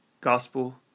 Gospel